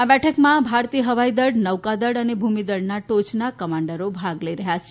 આ બેઠકમાં ભારતીય હવાઈદળ નૌકાદળ અને ભૂમિ દળના ટોચના કમાન્ડરો ભાગ લઈ રહ્યા છે